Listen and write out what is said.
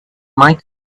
might